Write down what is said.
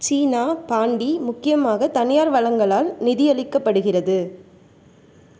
சீனா பாண்டி முக்கியமாக தனியார் வளங்களால் நிதியளிக்கப்படுகிறது